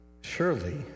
surely